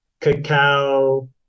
cacao